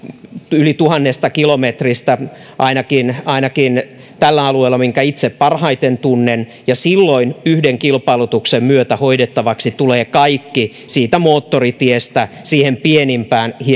yli tuhannesta kilometristä ainakin ainakin tällä alueella minkä itse parhaiten tunnen ja silloin yhden kilpailutuksen myötä hoidettavaksi tulee kaikki siitä moottoritiestä siihen pienimpään